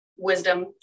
wisdom